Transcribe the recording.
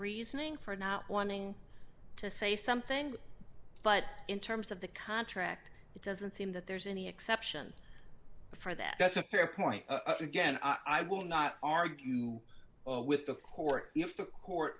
reasoning for not wanting to say something but in terms of the contract it doesn't seem that there's any exception for that that's a fair point again i will not argue with the court